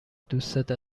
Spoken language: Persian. دوستت